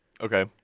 Okay